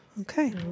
Okay